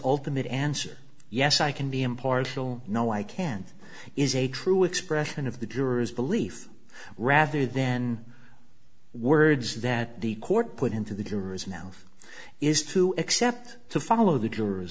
ultimate answer yes i can be impartial no i can't is a true expression of the jurors belief rather than words that the court put into the jurors now is to accept to follow the jurors